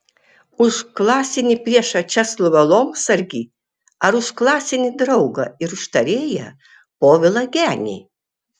už klasinį priešą česlovą lomsargį ar už klasinį draugą ir užtarėją povilą genį